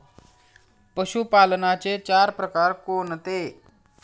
पशुपालनाचे चार प्रकार कोणते?